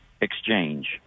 Exchange